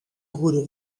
goede